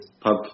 pub